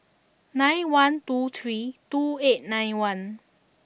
nine one two three two eight nine one